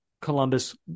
columbus